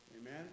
Amen